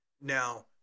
now